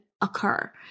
occur